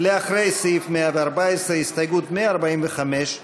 לאחרי סעיף 114, הסתייגות 145,